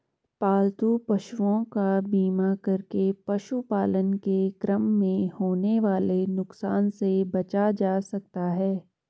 पालतू पशुओं का बीमा करके पशुपालन के क्रम में होने वाले नुकसान से बचा जा सकता है